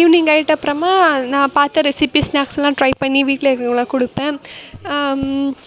evening ஆகிட்ட அப்புறமா நான் பார்த்த ரெசிப்பி ஸ்நாக்ஸ்லாம் ட்ரை பண்ணி வீட்டில் இருக்கறவங்களுக்குலாம் கொடுப்பேன்